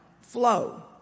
flow